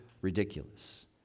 ridiculous